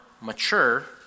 mature